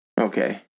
okay